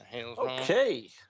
okay